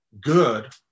good